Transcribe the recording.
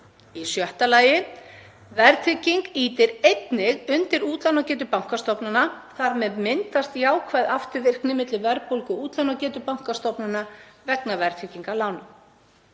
Í sjötta lagi: Verðtrygging ýtir einnig undir útlánagetu bankastofnana. Þar með myndast jákvæð afturvirkni milli verðbólgu og útlánagetu bankastofnana vegna verðtryggingar lána.